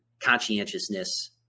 conscientiousness